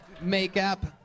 makeup